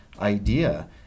idea